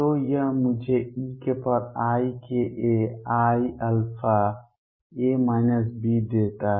तो यह मुझे eikaiα देता है